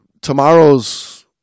tomorrow's